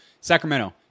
Sacramento